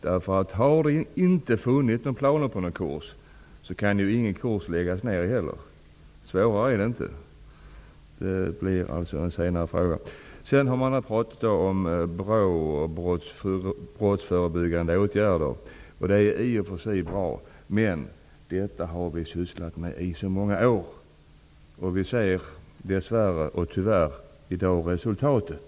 Därför om det inte har funnits några planer på någon kurs kan ju ingen kurs läggas ned heller. Svårare än så är det inte. Det blir alltså en senare fråga. BRÅ och brottsförebyggande åtgärder är i och för sig bra. Men, detta har vi ju sysslat med i så många år. Vi ser dess värre i dag resultatet.